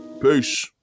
Peace